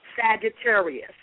Sagittarius